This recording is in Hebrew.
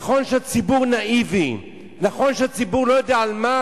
נכון שהציבור נאיבי, נכון שהציבור לא יודע על מה